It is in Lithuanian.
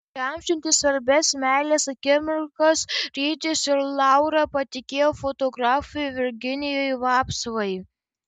įamžinti svarbias meilės akimirkas rytis ir laura patikėjo fotografui virginijui vapsvai